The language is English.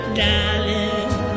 darling